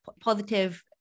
positive